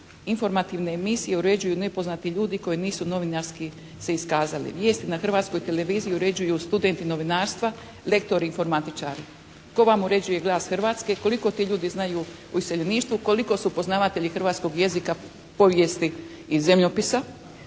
Informativne emisije uređuju nepoznati ljudi koji nisu novinarski se iskazali. Vijesti na Hrvatskoj televiziji uređuju studenti novinarstva, lektori informatičari. Tko vam uređuje Glas Hrvatske? Koliko ti ljudi znaju o iseljeništvu? Koliko su poznavatelji hrvatskog jezika, povijesti i zemljopisa?